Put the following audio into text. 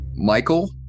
Michael